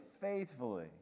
faithfully